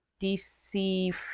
DC